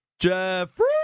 Jeffrey